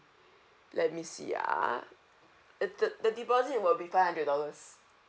let me see ah a the the deposit will be five hundred dollars